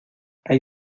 hay